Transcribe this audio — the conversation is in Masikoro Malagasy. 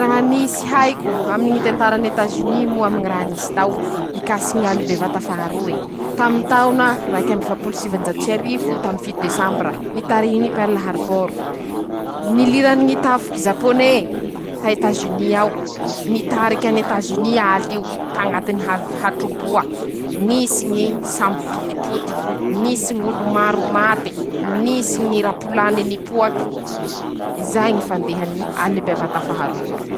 Raha nisy haiko aminy tantaran'Etazony moa aminy ñy raha nisy tao: Mikasiky ñ'aly bevata faha roe, taminy taona raik'amby efapolo sivanjato sy arivo tamy fito desambira, nitarihin'i Perila haribôro, nilirany ñy tafiky zapôné ta Etazony ao, nitariky an'Etaziny al'io tañatiny ñy hav hatroboa, nisy ñy sambo potipotike, nisy ñ'olo maro mate, nisy ñy rapolany nipoake, zay ñy fandehany aly bevata faha roe io.